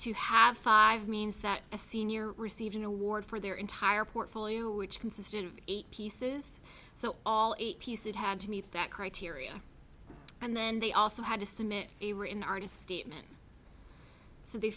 to have five means that a senior received an award for their entire portfolio which consisted of eight pieces so all eight piece it had to meet that criteria and then they also had to submit they were an artist statement so